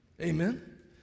Amen